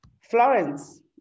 Florence